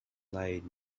laden